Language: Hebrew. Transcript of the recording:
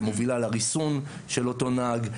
שמוביל לריסון של אותו נהג,